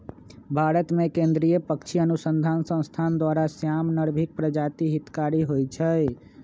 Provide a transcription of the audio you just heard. भारतमें केंद्रीय पक्षी अनुसंसधान संस्थान द्वारा, श्याम, नर्भिक प्रजाति हितकारी होइ छइ